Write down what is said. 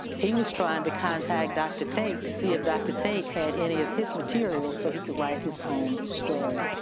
he was trying to contact dr. tate to see if dr. tate had any of his materials so he could write his own story.